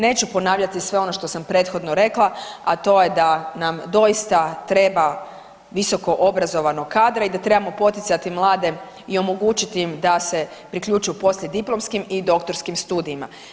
Neću ponavljati sve ono što sam prethodno rekla, a to je da nam doista treba visoko obrazovanog kadra i da trebamo poticati mlade i omogućiti im da se priključuju poslijediplomskim i doktorskim studijima.